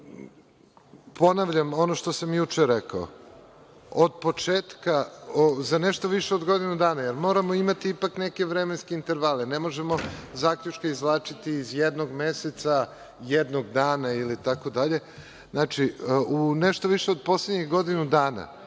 godine. Ponavljam, ono što sam juče rekao od početka, za nešto više od godinu dana, jer moramo imati neke vremenske intervale, ne možemo zaključke izvlačiti iz jednog meseca, jednog dana ili itd. Znači, u nešto više od poslednjih godinu dana